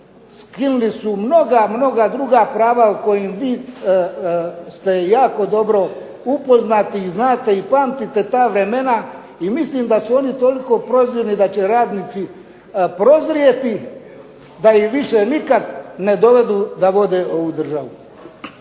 skinuli su mnoga, mnoga druga prava o kojim vi ste jako dobro upoznati i znate i pamtite ta vremena i mislim da su oni toliko prozirni da će radnici prozrijeti pa i više nikad ne dovedu da vode ovu državu.